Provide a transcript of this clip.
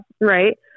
right